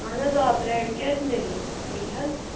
اَہَن حظ آ برٛیڈ کیٛازِ میلہِ نہٕ میلہِ حظ